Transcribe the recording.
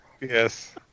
Yes